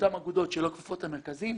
לאותן אגודות שלא כפופות למרכזים.